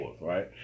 right